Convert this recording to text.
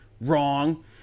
Wrong